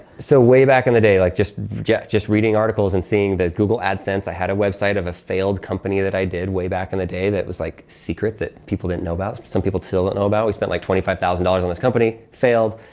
so, way back in the day, like just yeah just reading articles and seeing the google adsense, i had a website of a failed company that i did way back in the day that was like secret, that people didn't know about, some people still don't know about. we spent like twenty five thousand dollars on this company, failed,